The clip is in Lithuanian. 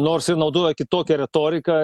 nors ir naudoja kitokią retoriką